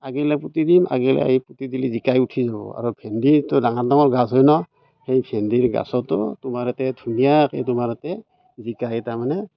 আগিলা পুতি দিম আগিলা এই পুতি দিলে জিকায়েই উঠি যাব আৰু ভেন্দিৰতো ডাঙৰ ডাঙৰ গছ হয় ন সেই ভেন্দিৰ গছতো তোমাৰ তাতে ধুনীয়াকৈ তোমাৰ তাতে জিকা হেই তাৰমানে